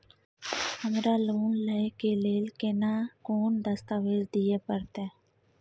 हमरा लोन लय के लेल केना कोन दस्तावेज दिए परतै?